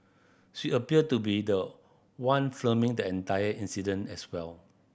she appear to be the one filming the entire incident as well